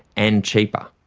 and cheaper.